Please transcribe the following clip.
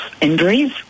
injuries